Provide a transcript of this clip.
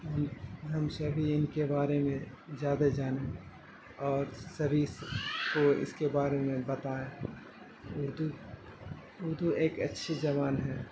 ہم ہم سبھی ان کے بارے میں زیادہ جانیں اور سبھی اس کو اس کے بارے میں بتائیں اردو اردو ایک اچھی زبان ہے